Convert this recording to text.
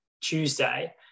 Tuesday